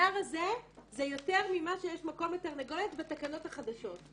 הנייר הזה הוא יותר ממה שיש מקום לתרנגולת בתקנות החדשות.